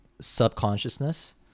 subconsciousness